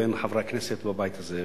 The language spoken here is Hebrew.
בין חברי הכנסת בבית הזה.